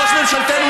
ראש ממשלתנו,